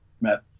Matt